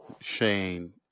Shane